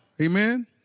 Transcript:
Amen